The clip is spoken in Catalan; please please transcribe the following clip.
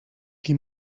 qui